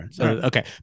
Okay